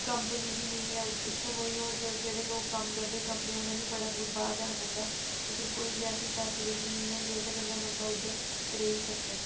company बी नी ऐ उत्थें कोई होर जे जेह्ड़े लोक कम्म करदे कंपनी उनें बी बड़ा दूर बाह्र जाना पौंदा उद्धर कोई बी ऐसी फैस्लिटी नी ऐ जेह्दे कन्नै बंदा उद्धर रेही सकै